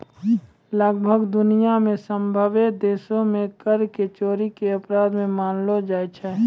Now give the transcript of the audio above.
लगभग दुनिया मे सभ्भे देशो मे कर के चोरी के अपराध मानलो जाय छै